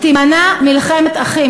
תימנע מלחמת אחים,